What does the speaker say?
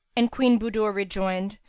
and queen budur rejoined,